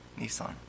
Nissan